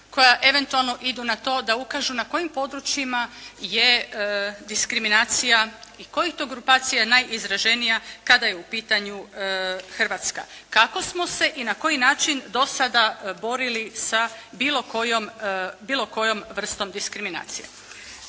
koja eventualno idu na to da ukažu na kojim područjima je diskriminacija i kojih je to grupacija najizraženija kada je u pitanju Hrvatska. Kako smo se i na koji način do sada borili sa bilo kojom, bilo kojom vrstom diskriminacije.